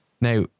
now